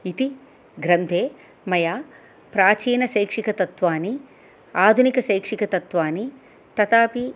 इति ग्रन्थे मया प्राचीनशैक्षिकतत्वानि आधुनिकशैक्षिकतत्वानि तथापि